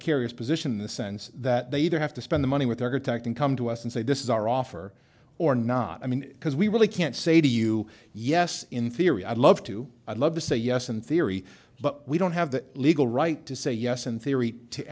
precarious position in the sense that they either have to spend the money with architect and come to us and say this is our offer or not i mean because we really can't say to you yes in theory i'd love to i'd love to say yes in theory but we don't have the legal right to say yes in theory to